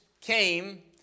came